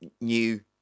new